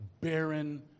barren